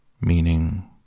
meaning